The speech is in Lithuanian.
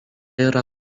yra